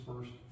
first